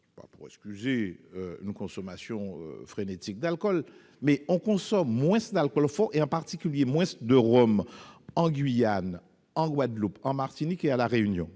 pas à excuser une consommation frénétique d'alcool, mais on consomme moins d'alcools forts, et en particulier moins de rhum, en Guyane, en Guadeloupe, à la Martinique et à La Réunion